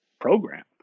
Program